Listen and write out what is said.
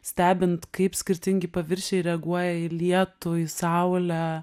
stebint kaip skirtingi paviršiai reaguoja į lietų į saulę